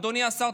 אדוני השר.